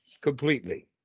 completely